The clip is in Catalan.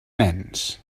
nens